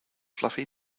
fluffy